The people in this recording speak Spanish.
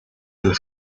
del